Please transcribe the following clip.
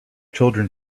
children